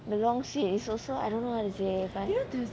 the long sweet is also I don't know how to say but